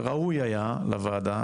וראוי היה לוועדה,